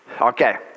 okay